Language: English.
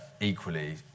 equally